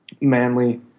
manly